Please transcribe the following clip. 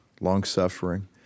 long-suffering